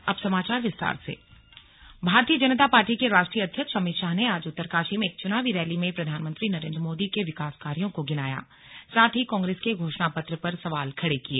Amit Shah rally Bharatiya Janata party के राष्ट्रीय अध्यक्ष अमित शाह ने आज उत्तरकाशी में एक चुनावी रैली में प्रधानमंत्री नरेंद्र मोदी के विकास कार्यों गिनाया साथ ही कांग्रेस के घोषणा पत्र पर सवाल खड़े किये